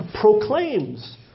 proclaims